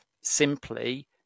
simply